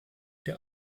der